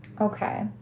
Okay